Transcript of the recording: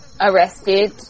arrested